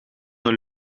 een